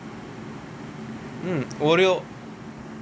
mm oreo